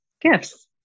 gifts